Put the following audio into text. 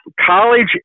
college